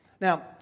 Now